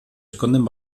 esconden